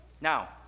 Now